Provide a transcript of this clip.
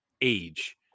age